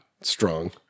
strong